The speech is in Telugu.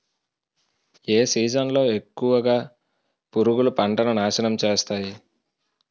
ఏ సీజన్ లో ఎక్కువుగా పురుగులు పంటను నాశనం చేస్తాయి?